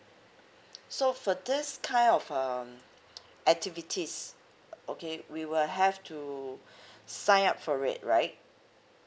so for this kind of um activities okay we will have to sign up for it right